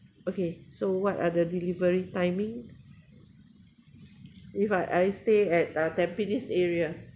okay so what are the delivery timing if I I stay at uh tampines area